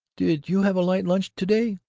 did you have a light lunch to-day,